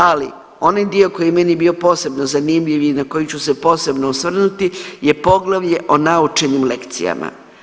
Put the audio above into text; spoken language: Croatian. Ali onaj dio koji je meni bio posebno zanimljiv i na koji ću se posebno osvrnuti je poglavlje o naučenim lekcijama.